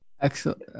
Excellent